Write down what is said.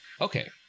Okay